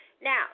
Now